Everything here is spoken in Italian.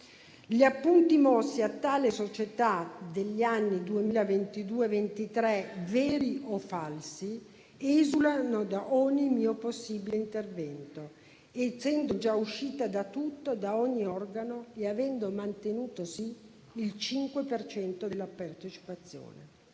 Gli appunti mossi a tale società negli anni 2022-23, veri o falsi, esulano da ogni mio possibile intervento, essendo già uscita da tutto, da ogni organo, e avendo mantenuto - questo sì - il 5 per cento della partecipazione.